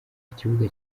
ikibuga